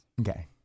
Okay